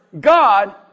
God